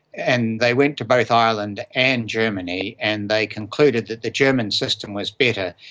and they went to both ireland and germany and they concluded that the german system was better,